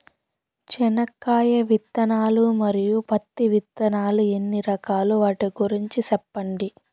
చెనక్కాయ విత్తనాలు, మరియు పత్తి విత్తనాలు ఎన్ని రకాలు వాటి గురించి సెప్పండి?